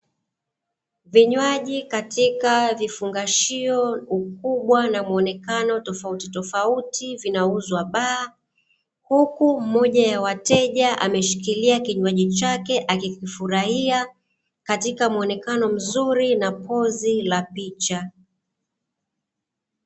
Vinywaji katika vifungashio vikubwa na muonekana tofautitofauti vinauzwa bar, huku mmoja ya wateja ameshikilia kinywaji chake akikifurahia katika muonekano mzuri na pozi la picha.